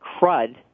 crud